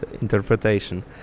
interpretation